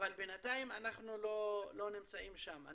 אבל בינתיים אנחנו לא נמצאים שם.